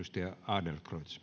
ärade